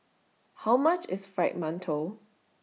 How much IS Fried mantou